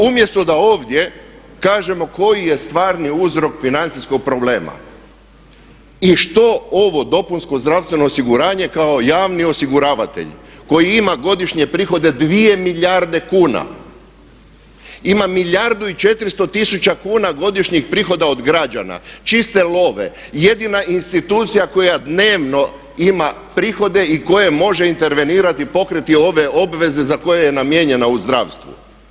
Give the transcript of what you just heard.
Umjesto da ovdje kažemo koji je stvarni uzrok financijskog problema i što ovo dopunsko zdravstveno osiguranje kao javni osiguravatelj koji ima godišnje prihode 2 milijarde kuna ima milijardu i 400 tisuća kuna godišnjih prihoda od građana čiste love, jedina institucija koja dnevno ima prihode i koja može intervenirati i pokriti ove obveze za koje je namijenjena u zdravstvu.